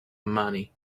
money